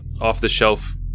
off-the-shelf